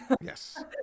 Yes